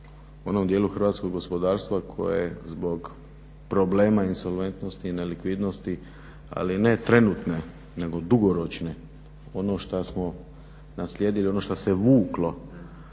onom dijelu hrvatskog gospodarstva koje zbog problema insolventnosti i nelikvidnosti ali ne trenutne nego dugoročne. Ono šta smo naslijedili, ono šta se vuklo